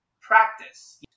practice